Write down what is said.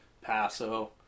Paso